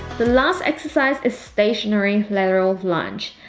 the last exercise is stationary lateral lunge,